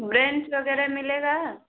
bench वगैरह मिलेगा